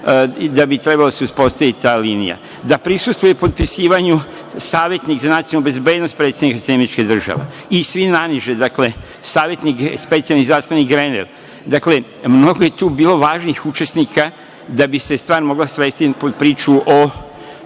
da bi trebala da se uspostavi ta linija, da prisustvuje potpisivanju savetnik za nacionalnu bezbednost, predsednik SAD i svi naniže, dakle, savetnik, specijalni izaslanik Grener. Dakle, mnogo je tu bilo važnih učesnika da bi se stvar mogla svesti pod priču o